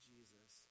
Jesus